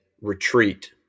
retreat